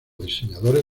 diseñadores